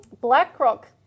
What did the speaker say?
BlackRock